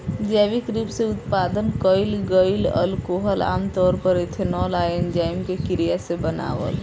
जैविक रूप से उत्पादन कईल गईल अल्कोहल आमतौर पर एथनॉल आ एन्जाइम के क्रिया से बनावल